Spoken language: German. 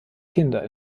kinder